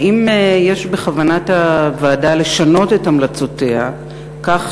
האם יש בכוונת הוועדה לשנות את המלצותיה כך